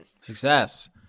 Success